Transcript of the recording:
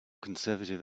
conservative